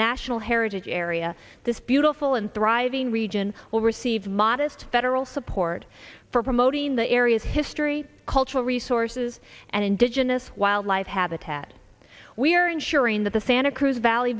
national heritage area this beautiful and thriving region will receive modest federal support for promoting the areas history cultural resources and indigenous wildlife habitat we are ensuring that the santa cruz valley